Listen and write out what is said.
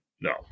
No